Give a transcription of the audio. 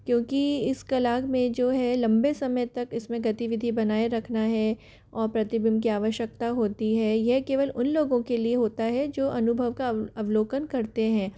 क्योंकि इस कला में जो है लंबे समय तक इसमें गतिविधि बनाए रखना है और प्रतिबिंब की आवश्यकता होती है यह केवल उन लोगों के लिए होता है जो अनुभव का अव अवलोकन करते हैं